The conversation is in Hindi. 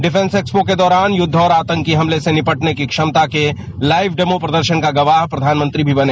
डिफेंस एक्सपो के दौरान युद्ध और आतंकी हमले से निपटने की क्षमता के लाइव डेमो प्रदर्शन का गवाह प्रधानमंत्री भी बने